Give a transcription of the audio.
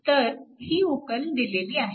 तर ही उकल दिलेली आहे